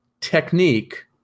technique